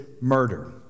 murder